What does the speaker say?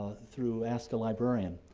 through ask a librarian,